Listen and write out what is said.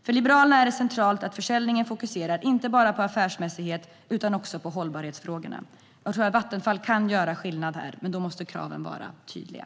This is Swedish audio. För Liberalerna är det centralt att försäljningen inte bara fokuserar på affärsmässighet utan också på hållbarhetsfrågorna. Jag tror att Vattenfall kan göra skillnad här, men då måste kraven vara tydliga.